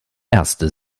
erste